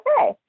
okay